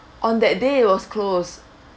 on that day it was close